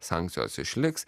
sankcijos išliks